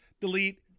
delete